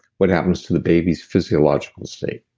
what happens to the baby's physiological state?